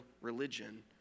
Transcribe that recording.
religion